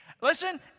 Listen